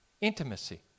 Intimacy